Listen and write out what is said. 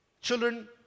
Children